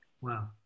Wow